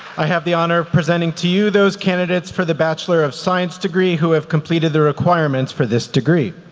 i have the honor of presenting to you those candidates for the bachelor of science degree who have completed the requirements for this degree.